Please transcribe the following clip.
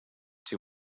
too